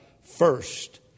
first